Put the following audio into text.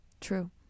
True